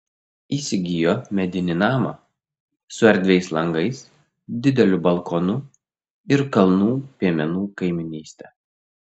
įsigijo medinį namą su erdviais langais dideliu balkonu ir kalnų piemenų kaimynyste